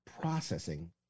processing